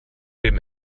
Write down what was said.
dem